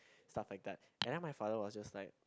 stuff like that and then my father was just like